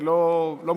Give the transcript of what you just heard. זה לא מכובד,